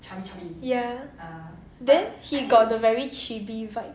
ya then he got the very chibi vibe